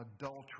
adultery